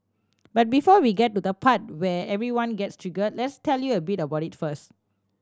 but before we get to the part where everyone gets triggered let's tell you a bit about it first